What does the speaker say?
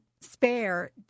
spare